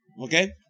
Okay